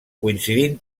coincidint